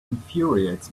infuriates